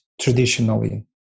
traditionally